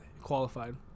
qualified